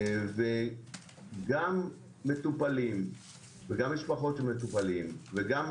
וגם מטופלים וגם משפחות של מטופלים וגם